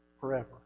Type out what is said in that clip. Forever